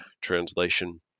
translation